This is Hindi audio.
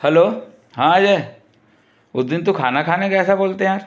हलो हाँ जय उस दिन तू खाना खाने गया था बोलते यार